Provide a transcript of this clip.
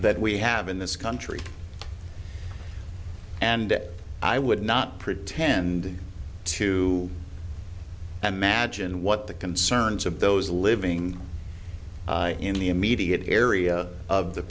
that we have in this country and i would not pretend to and magine what the concerns of those living in the immediate area of the